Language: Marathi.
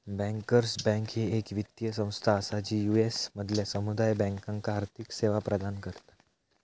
बँकर्स बँक ही येक वित्तीय संस्था असा जी यू.एस मधल्या समुदाय बँकांका आर्थिक सेवा प्रदान करता